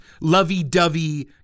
lovey-dovey